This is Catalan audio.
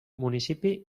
municipi